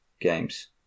games